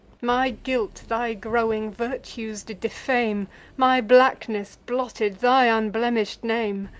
my guilt thy growing virtues did defame my blackness blotted thy unblemish'd name.